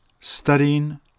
studying